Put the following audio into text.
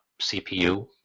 cpu